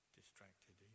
distracted